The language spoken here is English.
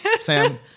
Sam